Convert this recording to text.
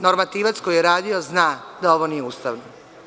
Normativac koji je radio zna da ovo nije ustavno.